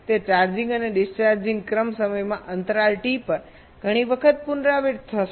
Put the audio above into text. તે ચાર્જિંગ અને ડિસ્ચાર્જિંગ ચક્ર સમય અંતરાલ T પર ઘણી વખત પુનરાવર્તિત થશે